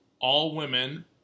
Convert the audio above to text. all-women